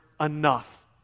enough